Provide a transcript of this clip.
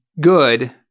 good